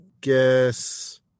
guess